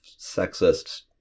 sexist